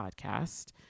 podcast